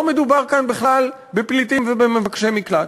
מדובר כאן בכלל בפליטים ובמבקשי מקלט?